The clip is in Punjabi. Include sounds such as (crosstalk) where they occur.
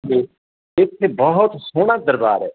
(unintelligible) ਇੱਥੇ ਬਹੁਤ ਸੋਹਣਾ ਦਰਬਾਰ ਹੈ